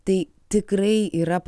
tai tikrai yra